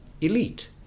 elite